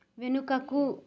వెనుకకు